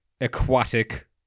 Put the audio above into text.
aquatic